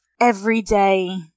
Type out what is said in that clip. everyday